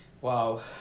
Wow